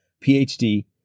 PhD